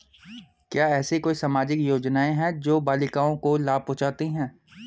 क्या ऐसी कोई सामाजिक योजनाएँ हैं जो बालिकाओं को लाभ पहुँचाती हैं?